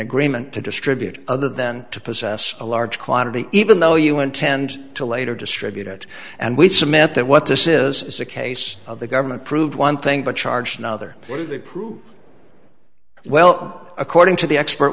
agreement to distribute other than to possess a large quantity even though you intend to later distribute it and we submit that what this is is a case of the government proved one thing but charged another well according to the expert